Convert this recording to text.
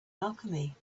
alchemy